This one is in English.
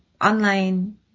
online